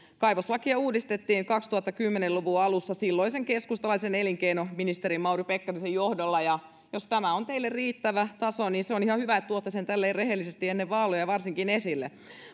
kaivoslakia uudistettiin kaksituhattakymmenen luvun alussa silloisen keskustalaisen elinkeinoministerin mauri pekkarisen johdolla ja jos tämä on teille riittävä taso niin se on ihan hyvä että tuotte sen tälleen rehellisesti varsinkin ennen vaaleja esille